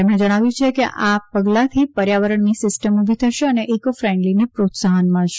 તેમણે જણાવ્યું છે કે આ પગલાથી પર્યાવરણની સીસ્ટમ ઉભી થશે અને ઇકો ફ્રેન્ડલીને પ્રોત્સાહન મળશે